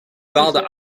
dwaalde